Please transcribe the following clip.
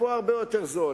פה הרבה יותר זול,